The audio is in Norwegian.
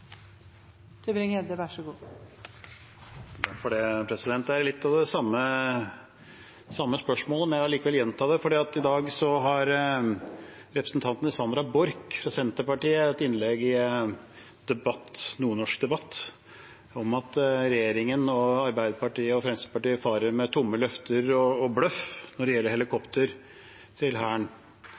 til spesialstyrkene. Så jeg regner med at vi kommer med de to forslagene i samme sak til Stortinget. Det er litt det samme spørsmålet, men jeg vil allikevel gjenta det, for i dag har representanten Sandra Borch fra Senterpartiet et innlegg i Nordnorsk debatt om at regjeringen, Arbeiderpartiet og Fremskrittspartiet farer med tomme løfter og bløff når det gjelder helikopter til Hæren.